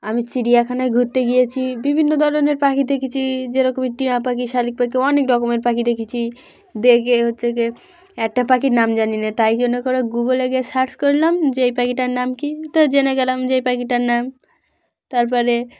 আমি চিড়িয়াখানায় ঘুরতে গিয়েছি বিভিন্ন ধরনের পাখি দেখেছি যেরকমই টিঁয়া পাখি শালিক পাখি অনেক রকমের পাখি দেখেছি দেখে হচ্ছে গিয়ে একটা পাখির নাম জানি না তাই জন্য করেো গুগলে গিয়ে সার্চ করলাম যে এই পাখিটার নাম কি তো জেনে গেলাম যে এই পাখিটার নাম তারপরে